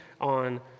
on